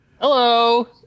Hello